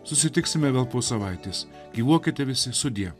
susitiksime po savaitės gyvuokite visi sudie